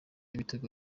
ibitego